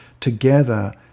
together